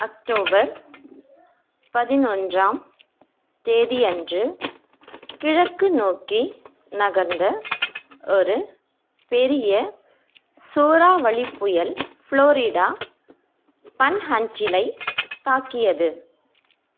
October பதினொன்றாம் தேதியன்று கிழக்கு நோக்கி நகர்ந்த ஒரு பெரிய சூறாவளிப்புயல் ஃப்ளோரிடா பன்ஹன்டிலைத் தாக்கியது